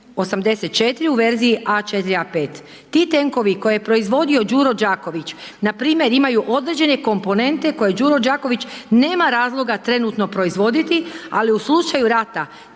M84 u verziji A4 A5. Ti tenkovi koje je proizvodio Đuro Đaković npr. imaju određene komponente koje Đuro Đaković nema razloga trenutno proizvoditi, ali u slučaju rata